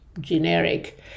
generic